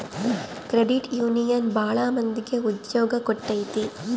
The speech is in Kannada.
ಕ್ರೆಡಿಟ್ ಯೂನಿಯನ್ ಭಾಳ ಮಂದಿಗೆ ಉದ್ಯೋಗ ಕೊಟ್ಟೈತಿ